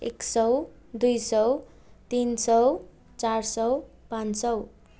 एक सय दुई सय तिन सय चार सय पाँच सय